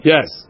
Yes